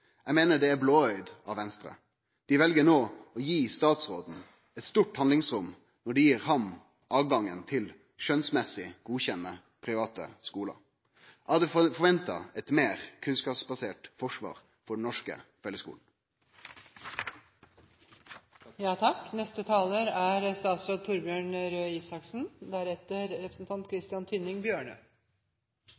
Eg meiner det er blåøygd av Venstre. Dei vel no å gje statsråden eit stort handlingsrom når dei gjev han tilgang til skjønsmessig å godkjenne private skular. Eg hadde forventa eit meir kunnskapsbasert forsvar for den norske fellesskulen. Det viktigste utgangspunktet for regjeringen er